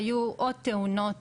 היו עוד תאונות